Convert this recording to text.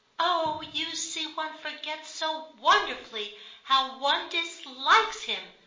oh you see one forgets so wonderfully how one dislikes him!